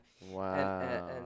Wow